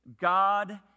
God